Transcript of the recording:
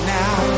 now